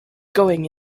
going